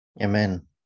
Amen